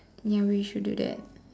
ya we should do that